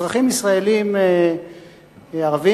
אזרחים ישראלים ערבים,